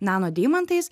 nano deimantais